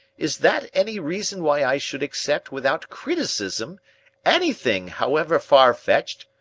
is that any reason why i should accept without criticism anything, however far-fetched,